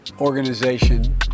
organization